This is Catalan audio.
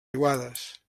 riuades